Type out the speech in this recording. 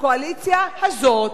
הקואליציה הזאת,